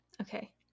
Okay